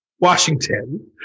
Washington